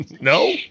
No